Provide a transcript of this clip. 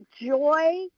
joy